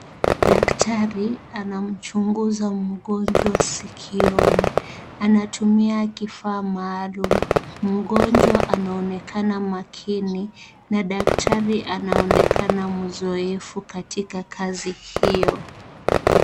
Daktari anamchuguza mgonjwa sikioni. Anatumia kifaa maalum, mgonjwa anaonekana makini na daktari anaonekana mzoefu katika kazi hio.